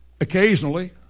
occasionally